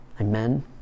Amen